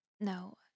No